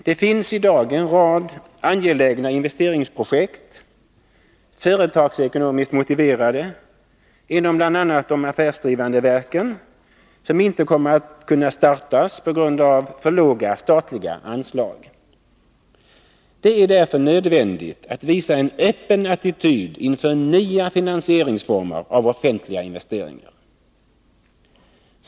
Det finns i dag en rad angelägna investeringsprojekt — företagsekonomiskt motiverade — inom bl.a. de affärsdrivande verken som inte kommer att kunna startas på grund av för låga statliga anslag. Det är därför nödvändigt att visa en öppen attityd inför nya finansieringsformer av offentliga investeringar.